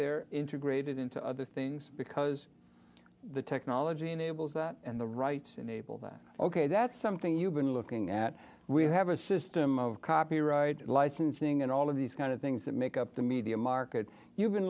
there into graded into other things because the technology enables that and the rights enable that ok that's something you've been looking at we have a system of copyright licensing and all of these kind of things that make up the media market you've been